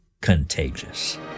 contagious